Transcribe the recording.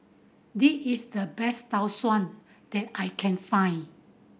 this is the best Tau Suan that I can find